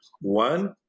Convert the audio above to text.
One